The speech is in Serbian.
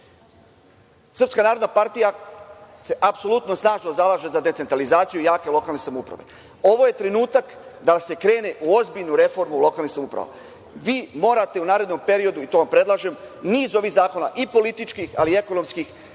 narodna partija se apsolutno snažno zalaže za decentralizaciju i jake lokalne samouprave. Ovo je trenutak da se krene u ozbiljnu reformu u lokalnim samoupravama. Vi morate u narednom periodu, i to vam predlažem, niz ovih zakona i političkih, ali i ekonomskih,